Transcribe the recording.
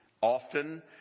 often